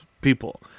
people